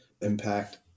impact